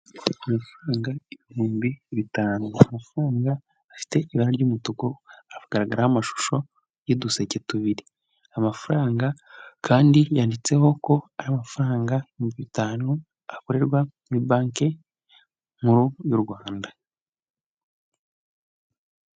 Amafaranga ibihumbi bitanu. Amafaranga afite ibara ry'umutuku agaragara amashusho y'uduseke tubiri, amafaranga kandi yanditseho ko ari amafaranga ibihumbi bitanu akorerwa muri Banki nkuru y'u Rwanda.